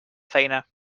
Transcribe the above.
feina